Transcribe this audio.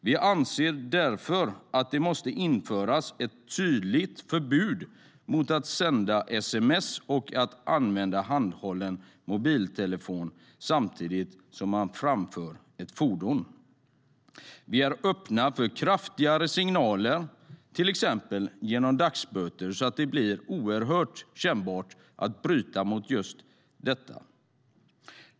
Vi anser därför att det måste införas ett tydligt förbud mot att sända sms och att använda handhållen mobiltelefon samtidigt som man kör bil. Vi är öppna för kraftigare signaler genom till exempel dagsböter så att det blir oerhört kännbart att bryta mot detta.